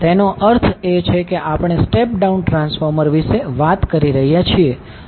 તેનો અર્થ એ છે કે આપણે સ્ટેપ ડાઉન ટ્રાન્સફોર્મર વિશે વાત કરી રહ્યા છીએ